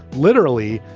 literally,